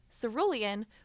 cerulean